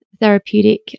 therapeutic